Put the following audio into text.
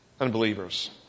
unbelievers